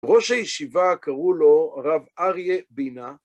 ראש הישיבה קראו לו הרב אריה בינה.